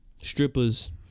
strippers